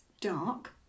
dark